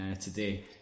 today